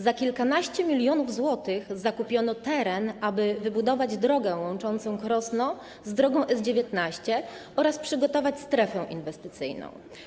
Za kilkanaście milionów złotych zakupiono teren, aby wybudować drogę łączącą Krosno z drogą S19 oraz przygotować strefę inwestycyjną.